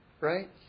Right